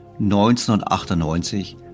1998